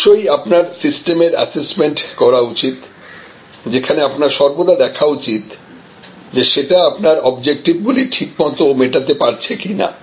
অবশ্যই আপনার সিস্টেমের অ্যাসেসমেন্ট করা উচিত যেখানে আপনার সর্বদা দেখা উচিত যে সেটা আপনার অবজেক্টিভ গুলি ঠিকভাবে মেটাতে পারছে কি না